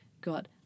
got